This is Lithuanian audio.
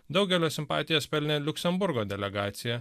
daugelio simpatijas pelnė liuksemburgo delegacija